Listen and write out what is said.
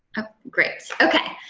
great, ok.